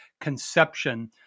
conception